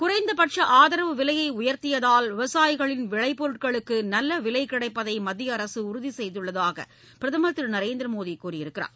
குறைந்தபட்ச ஆதரவு விலையை உயர்த்தியதால் விவசாயிகளின் விளைபொருட்களுக்கு நல்ல விலை கிடைப்பதை மத்திய அரசு உறுதிசெய்துள்ளதாக பிரதமர் திரு நரேந்திரமோடி கூறியிருக்கிறார்